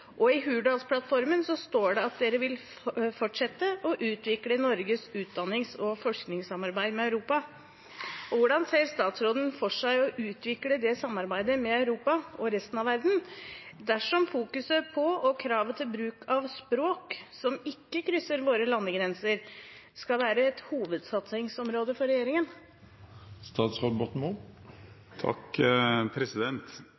I Hurdalsplattformen står det at man vil fortsette å utvikle Norges utdannings- og forskningssamarbeid med Europa. Hvordan ser statsråden for seg å utvikle samarbeidet med Europa og resten av verden dersom fokus på og krav til bruk av språk som ikke krysser våre landegrenser, skal være et hovedsatsingsområde for regjeringen?